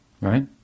right